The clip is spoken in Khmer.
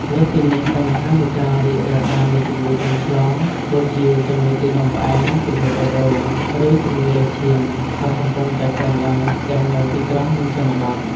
លើសពីនេះ បញ្ហានៃ ការរីករាលដាលនៃជំងឺមិនឆ្លង ដូចជា ជំងឺទឹកនោមផ្អែម ជំងឺបេះដូង ឬជំងឺលើសឈាម ក៏កំពុងតែកើនឡើងទាំងនៅទីក្រុង និងជនបទ។